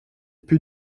put